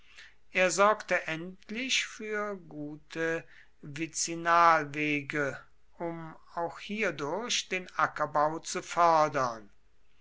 er sorgte endlich für gute vizinalwege um auch hierdurch den ackerbau zu fördern